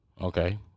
Okay